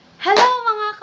hello